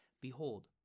Behold